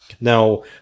Now